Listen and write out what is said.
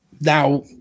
Now